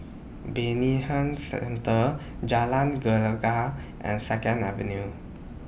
Bayanihan Centre Jalan Gelegar and Second Avenue